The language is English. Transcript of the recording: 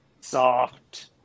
soft